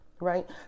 Right